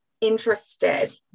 interested